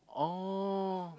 oh